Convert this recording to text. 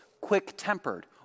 quick-tempered